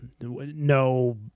no